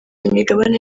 imigabane